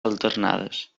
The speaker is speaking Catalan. alternades